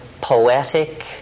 poetic